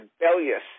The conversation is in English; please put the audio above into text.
rebellious